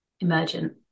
emergent